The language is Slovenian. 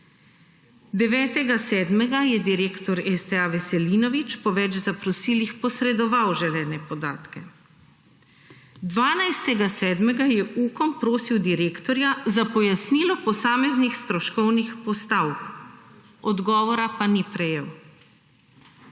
9. 7. je direktor STA Veselinovič po več zaprosilih posredoval želene podatke. 12. 7. Ukom prosil direktorja za pojasnilo posameznih stroškovnih postavk, odgovora pa ni prejel.